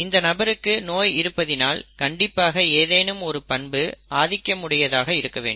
இந்த நபருக்கு நோய் இருப்பதினால் கண்டிப்பாக ஏதேனும் ஒரு பண்பு ஆதிக்கம் உடையதாக இருக்க வேண்டும்